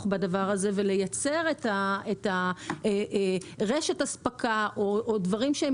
בדבר הזה ולייצר את רשת האספקה או דברים,